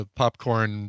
popcorn